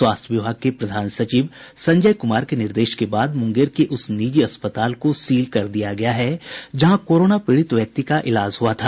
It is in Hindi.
स्वास्थ्य विभाग के प्रधान सचिव संजय कुमार के निर्देश के बाद मुंगेर के उस निजी अस्पताल को सील कर दिया गया है जहां कोरोना पीड़ित व्यक्ति का इलाज हुआ था